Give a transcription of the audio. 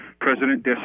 President